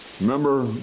Remember